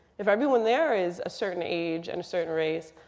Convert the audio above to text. if everyone there is a certain age and a certain race,